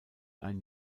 ein